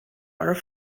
are